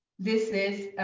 this is